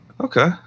okay